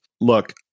look